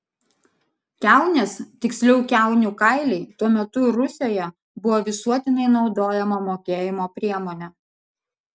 kiaunės tiksliau kiaunių kailiai tuo metu rusioje buvo visuotinai naudojama mokėjimo priemonė